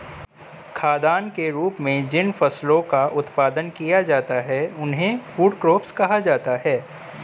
खाद्यान्न के रूप में जिन फसलों का उत्पादन किया जाता है उन्हें फूड क्रॉप्स कहा जाता है